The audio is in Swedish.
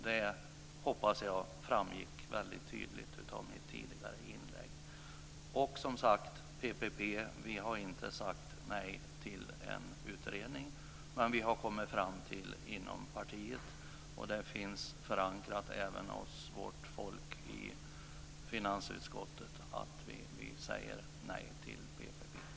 Jag hoppas att det framgick väldigt tydligt av mitt tidigare inlägg. Vi har inte sagt nej till en utredning av PPP. Men inom partiet har vi kommit fram till - och det finns förankrat även hos vårt folk i finansutskottet - att säga nej till PPP.